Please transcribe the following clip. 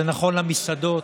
זה נכון למסעדות,